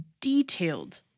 detailed